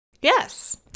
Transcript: Yes